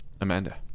Amanda